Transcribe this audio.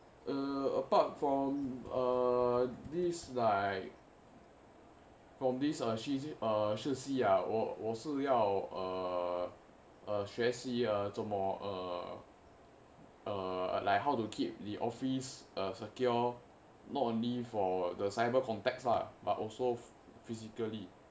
err apart from err this like from this ah 世系呀我我是要学习做 err like how to keep the office err secure not only for the cyber context lah but also phy~ physically